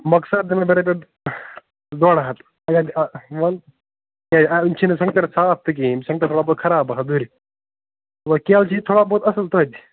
مۄخصر دِمے بہٕ رۄپیس ڈۄڈ ہتھ تہِ کیٛازِ آ وۅنۍ چھِ نہٕ سنٛگتر صاف تہِ کِہیٖنٛۍ سنٛگتر تھوڑا بہت خراب پہن دٔرۍ وۅنۍ کیلہٕ چھِ تھوڑا بہت اصٕل توتہِ